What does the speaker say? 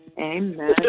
Amen